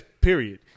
Period